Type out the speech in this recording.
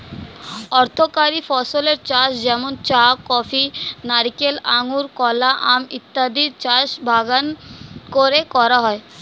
অর্থকরী ফসলের চাষ যেমন চা, কফি, নারিকেল, আঙুর, কলা, আম ইত্যাদির চাষ বাগান করে করা হয়